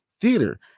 theater